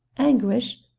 anguish?